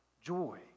joy